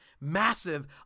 massive